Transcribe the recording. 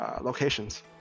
locations